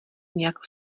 nějak